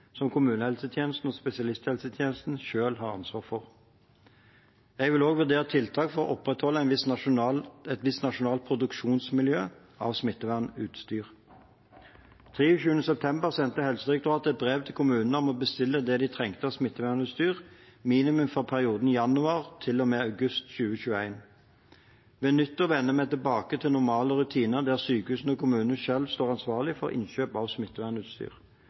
som kommunehelsetjenesten og spesialisthelsetjenesten selv har ansvar for. Jeg vil også vurdere tiltak for å opprettholde et visst nasjonalt produksjonsmiljø av smittevernutstyr. Den 23. september sendte Helsedirektoratet et brev til kommunene om å bestille det de trenger av smittevernutstyr, minimum for perioden januar til og med august 2021. Ved nyttår vender vi tilbake til normale rutiner, der sykehusene og kommunene selv står ansvarlig for innkjøp av smittevernutstyr.